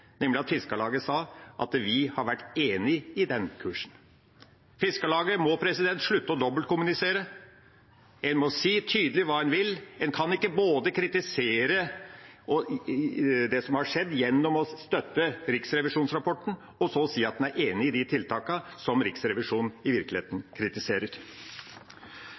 nemlig at Fiskarlaget sa: Vi har vært enig i den kursen. Fiskarlaget må slutte å dobbeltkommunisere. En må si tydelig hva en vil. En kan ikke både kritisere det som har skjedd gjennom å støtte riksrevisjonsrapporten, og så si at en er enig i de tiltakene som Riksrevisjonen i virkeligheten kritiserer.